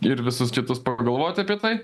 ir visus kitus pagalvoti apie tai